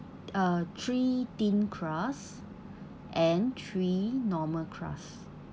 uh three thin crust and three normal crust